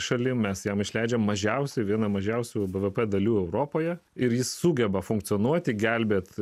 šalim mes jam išleidžiame mažiausiai vieną mažiausių buvo dalių europoje ir jis sugeba funkcionuoti gelbėti